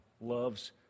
loves